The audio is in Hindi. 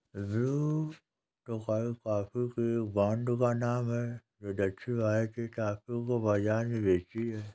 ब्लू टोकाई कॉफी के एक ब्रांड का नाम है जो दक्षिण भारत के कॉफी को बाजार में बेचती है